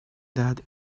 that